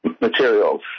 materials